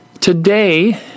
today